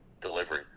delivery